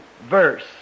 verse